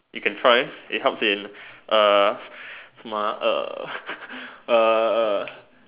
you can try it helps in uh 什么 ah uh uh